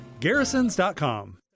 garrisons.com